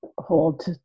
hold